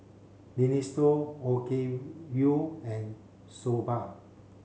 Minestrone Okayu and Soba